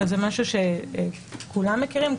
אלא זה משהו שכולם מכירים.